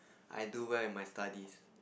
I do well in my studies